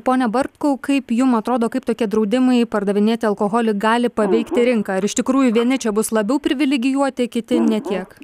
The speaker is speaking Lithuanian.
pone bartkau kaip jum atrodo kaip tokie draudimai pardavinėti alkoholį gali paveikti rinką ar iš tikrųjų vieni čia bus labiau privilegijuoti kiti ne tiek